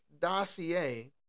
dossier